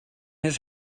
his